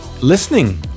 listening